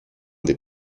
des